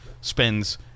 spends